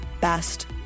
best